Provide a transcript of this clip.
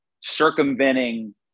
circumventing